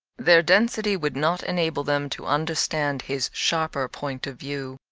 their density would not enable them to understand his sharper point of view.